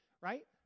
right